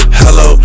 hello